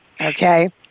okay